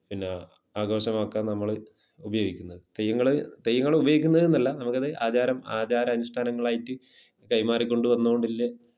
പിന്നെ ആഘോഷമാക്കാൻ നമ്മൾ ഉപയോഗിക്കുന്നത് തെയ്യങ്ങളെ തെയ്യങ്ങളെ ഉപയോഗിക്കുന്നത്ന്നല്ല നമുക്കത് ആചാരം ആചാരം അനുഷ്ഠാനങ്ങളായിട്ട് കൈമാറിക്കൊണ്ട് വന്നോണ്ട് വലിയ